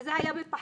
וזה היה פחים.